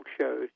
shows